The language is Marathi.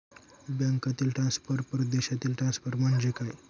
बँकांतील ट्रान्सफर, परदेशातील ट्रान्सफर म्हणजे काय?